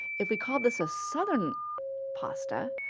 if we call this a southern pasta,